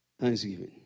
Thanksgiving